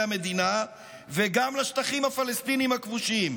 המדינה וגם לשטחים הפלסטיניים הכבושים,